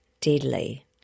deadly